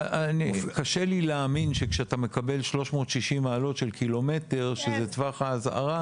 קשה לי להאמין שכשאתה מקבל 360 מעלות של קילומטר שזה טווח האזהרה